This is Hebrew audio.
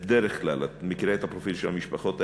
בדרך כלל, את מכירה את הפרופיל של המשפחות האלה,